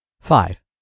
Five